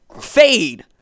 Fade